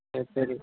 சரி சரி